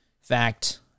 fact